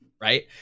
right